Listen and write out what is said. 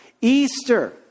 Easter